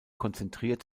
konzentriert